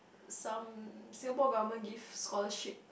some Singapore government give scholarship